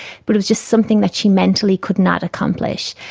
but it was just something that she mentally could not accomplish.